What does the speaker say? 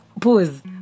pause